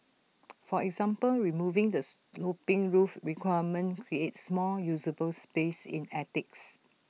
for example removing the sloping roof requirement creates more usable space in attics